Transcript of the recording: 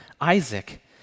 Isaac